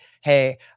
hey